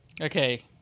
Okay